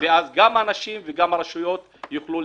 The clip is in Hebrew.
לאשר את ההסדר אבל התופעה הייתה ידועה וכולם טיפלו בה.